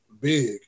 big